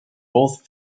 both